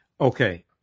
Okay